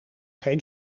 geen